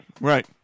Right